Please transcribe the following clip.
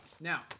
Now